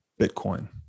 Bitcoin